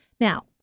Now